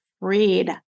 read